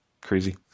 crazy